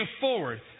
forward